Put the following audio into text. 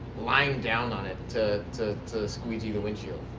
lying down on it to to squeegee the windshield.